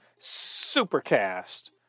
Supercast